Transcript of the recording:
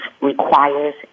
requires